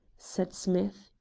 said smith.